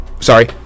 Sorry